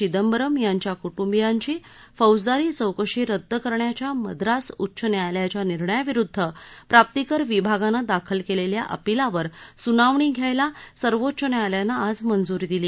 चिदंबरम यांच्या कुटुंबियांची फौजदारी चौकशी रद्द करण्याच्या मद्रास उच्च न्यायालयाच्या निर्णयाविरुद्ध प्राप्तिकर विभागानं दाखल क्लिख्या अपिलावर सुनावणी ध्यायला सर्वोच्च न्यायालयानं आज मंजुरी दिली